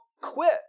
quit